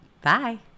bye